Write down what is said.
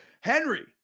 Henry